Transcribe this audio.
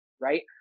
right